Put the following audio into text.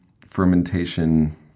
fermentation